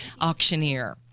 auctioneer